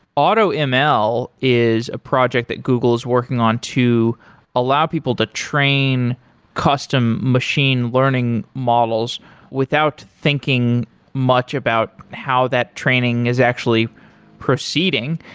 automl is a project that google is working on to allow people to train custom machine learning models without thinking much about how that training is actually proceeding.